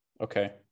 Okay